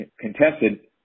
contested